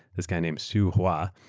this guy named su hua.